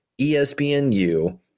ESPNU